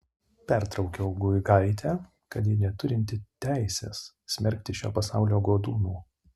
pertraukiau guigaitę kad ji neturinti teisės smerkti šio pasaulio godūnų